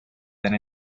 than